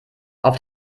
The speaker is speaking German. auf